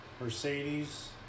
Mercedes